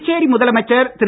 புதுச்சேரி முதலமைச்சர் திரு